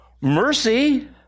mercy